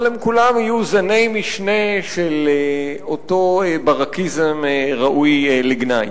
אבל הם כולם יהיו זני משנה של אותו ברקיזם ראוי לגנאי.